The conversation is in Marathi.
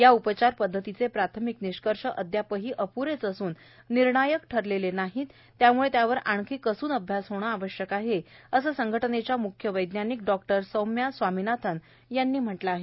या उपचार पद्धतीचे प्राथमिक निष्कर्ष अद्यापही अप्रेच असून निर्णायक ठरलेले नाहीत त्यामुळे त्यावर आणखी कसून अभ्यास होणं आवश्यक आहे असं संघटनेच्या म्ख्य वैज्ञानिक डॉक्टर सौम्या स्वामिनाथन यांनी म्हटलं आहे